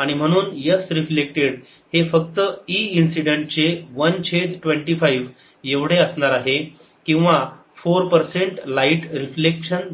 आणि म्हणून S reflected हे फक्त E इन्सिडेंट चे 1 छेद 25 येवढे असणार आहे किंवा 4 लाईट रिफ्लेक्शन झाला आहे